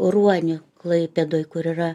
ruonio klaipėdoj kur yra